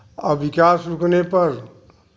और विकास रुकने पर